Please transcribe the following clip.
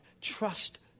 Trust